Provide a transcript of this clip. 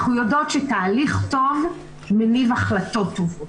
אנחנו יודעות שתהליך טוב מניב החלטות טובות.